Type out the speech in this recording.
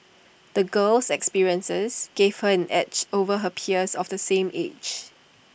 the girl's experiences gave her an edge over her peers of the same age